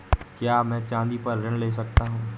क्या मैं चाँदी पर ऋण ले सकता हूँ?